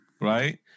right